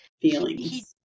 feelings